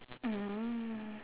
mm